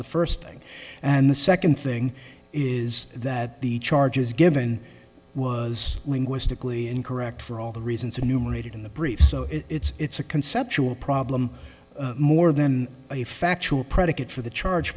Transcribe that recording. the first thing and the second thing is that the charges given was linguistically incorrect for all the reasons a numerated in the briefs so it's a conceptual problem more than a factual predicate for the charge